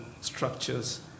structures